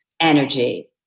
energy